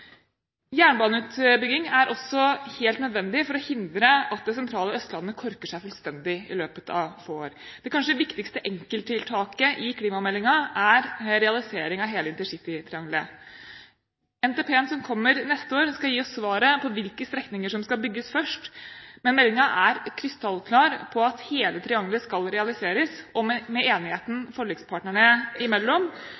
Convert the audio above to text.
Jernbaneutbygging er også helt nødvendig for å hindre at det sentrale Østlandet korker seg fullstendig i løpet av få år. Det kanskje viktigste enkelttiltaket i klimameldingen er realisering av hele intercitytriangelet. NTP-en som kommer neste år, skal gi oss svaret på hvilke strekninger som skal bygges først, men meldingen er krystallklar på at hele triangelet skal realiseres, og med enigheten